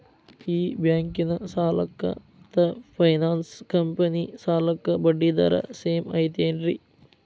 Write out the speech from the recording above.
ಈ ಬ್ಯಾಂಕಿನ ಸಾಲಕ್ಕ ಮತ್ತ ಫೈನಾನ್ಸ್ ಕಂಪನಿ ಸಾಲಕ್ಕ ಬಡ್ಡಿ ದರ ಸೇಮ್ ಐತೇನ್ರೇ?